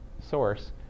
source